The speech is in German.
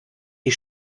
die